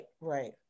right